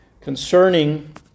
concerning